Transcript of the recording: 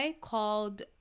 called